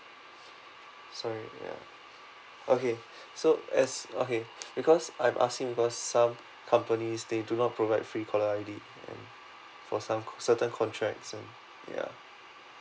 so ya okay so it's okay because I'm asking because some companies they do not provide free caller I_D and for some certain contracts and ya